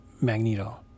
Magneto